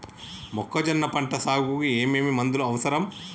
మొక్కజొన్న పంట సాగుకు ఏమేమి మందులు అవసరం?